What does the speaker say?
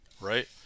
right